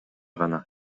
гана